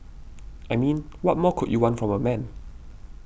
I mean what more could you want from a man